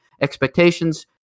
expectations